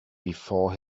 before